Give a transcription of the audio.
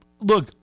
Look